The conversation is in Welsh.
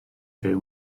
byw